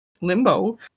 Limbo